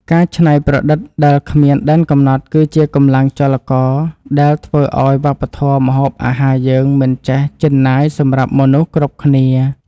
ការច្នៃប្រឌិតដែលគ្មានដែនកំណត់គឺជាកម្លាំងចលករដែលធ្វើឱ្យវប្បធម៌ម្ហូបអាហារយើងមិនចេះជិនណាយសម្រាប់មនុស្សគ្រប់គ្នា។